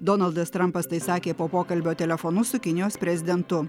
donaldas trampas tai sakė po pokalbio telefonu su kinijos prezidentu